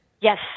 Yes